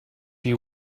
you